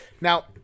Now